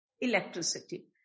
electricity